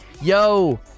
Yo